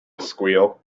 squeal